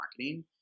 marketing